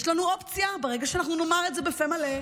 יש לנו אופציה, ברגע שאנחנו נאמר את זה בפה מלא: